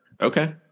Okay